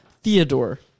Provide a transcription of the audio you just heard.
Theodore